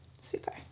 Super